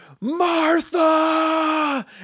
Martha